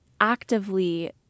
actively